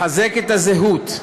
לחזק את הזהות,